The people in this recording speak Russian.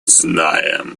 знаем